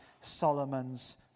Solomon's